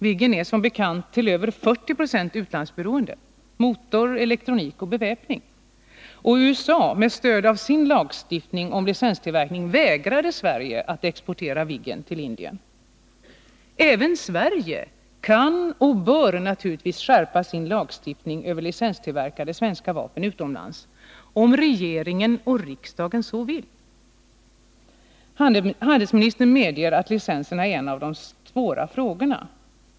Viggen är som bekant till över 40 26 utlandsberoende — motor, elektronik och beväpning — och USA med stöd av sin lagstiftning om licenstillverkning vägrade Sverige att exportera Viggen till Indien. Den amerikanska motorn tillverkas som bekant på licens i Sverige. Även Sverige kan och bör naturligtvis skärpa sin lagstiftning beträffande licenstillverkade svenska vapen utomlands — om regeringen och riksdagen så vill. Handelsministern medger att licenserna är en av de svåra frågorna.